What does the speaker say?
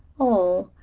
oh,